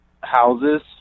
houses